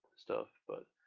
stuff but.